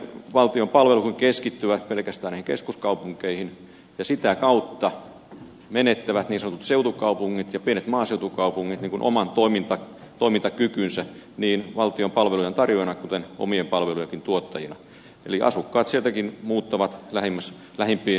valtion palvelut keskittyvät pelkästään näihin keskuskaupunkeihin ja sitä kautta menettävät niin sanotut seutukaupungit ja pienet maaseutukaupungit oman toimintakykynsä niin valtion palvelujentarjoajana kuin omien palvelujenkin tuottajana eli asukkaat sieltäkin muuttavat lähimpiin maakuntataajamiin